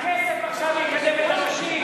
הכסף עכשיו יקדם את הנשים.